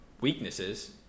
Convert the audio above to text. weaknesses